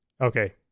Okay